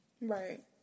Right